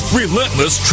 relentless